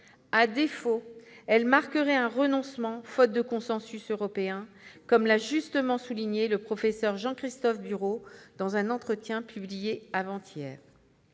À défaut, elle marquerait un renoncement, faute de consensus européen, comme l'a justement souligné le professeur Jean-Christophe Bureau dans un entretien publié avant-hier.